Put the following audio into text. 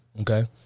okay